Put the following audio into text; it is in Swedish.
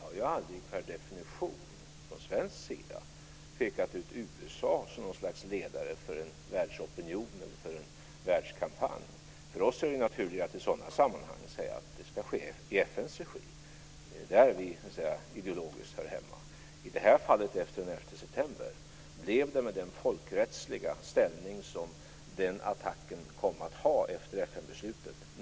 Fru talman! Vi i Sverige har aldrig per definition pekat ut USA som något slags ledare för världsopinionen och för en världskampanj. För oss är det naturligare i sådana sammanhang att säga att det ska ske i FN:s regi. Det är där vi ideologiskt hör hemma. I det här fallet, efter den 11 september, blev det naturligt att sluta upp på USA:s sida med den folkrättsliga ställning som den attacken kom att få efter FN-beslutet.